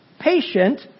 patient